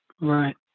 right